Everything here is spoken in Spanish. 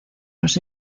los